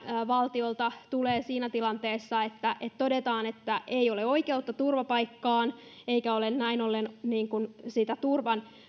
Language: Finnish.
valtiolta tulee siinä tilanteessa se viesti että todetaan että ei ole oikeutta turvapaikkaan eikä ole näin ollen sitä turvan